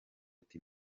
ati